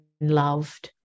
loved